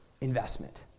investment